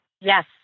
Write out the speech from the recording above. Yes